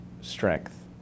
strength